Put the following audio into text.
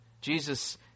Jesus